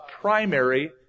primary